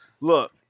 Look